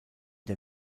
der